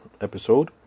episode